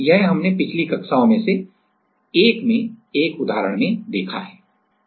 यह हमने पिछली कक्षाओं में से एक में एक उदाहरण में देखा है